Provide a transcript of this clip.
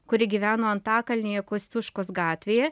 kuri gyveno antakalnyje kosciuškos gatvėje